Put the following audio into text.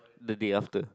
the day after